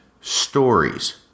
stories